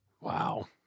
Wow